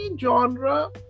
genre